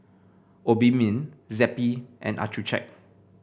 Obimin Zappy and Accucheck